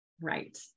Right